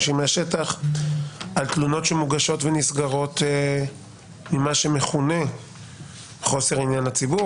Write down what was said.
על תלונות שמוגשות ונסגרות עם מה שמכונה "חוסר עניין לציבור".